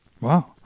Wow